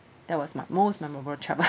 that was my most memorable travel